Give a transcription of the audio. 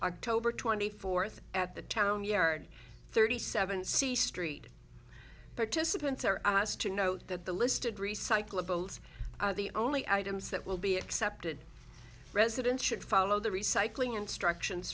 our tobar twenty fourth at the town yard thirty seven c street participants are asked to note that the listed recyclables the only items that will be accepted residence should follow the recycling instructions